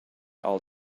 all